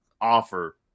offer